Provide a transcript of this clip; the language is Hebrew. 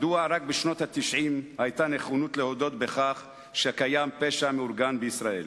מדוע רק בשנות ה-90 היתה נכונות להודות בכך שקיים פשע מאורגן בישראל?